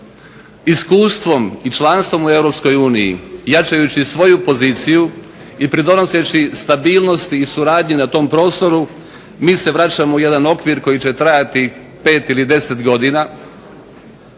iskustvom i članstvom u Europskoj uniji, jačajući svoju poziciju i pridonoseći stabilnosti i suradnji na tom prostoru mi se vraćamo u jedan okvir koji će trajati 5 ili 10 godina